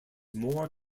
more